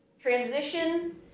Transition